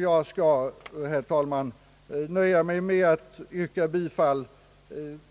Jag skall, herr talman, nöja mig med att yrka bifall